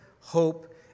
hope